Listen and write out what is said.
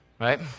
Right